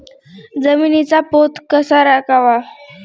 जमिनीचा पोत कसा राखावा?